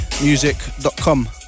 music.com